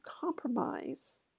compromise